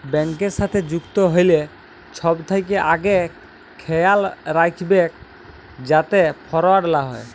ব্যাংকের সাথে যুক্ত হ্যলে ছব থ্যাকে আগে খেয়াল রাইখবেক যাতে ফরড লা হ্যয়